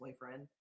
boyfriend